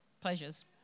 pleasures